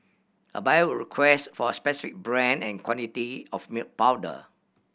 a buyer would request for a specific brand and quantity of milk powder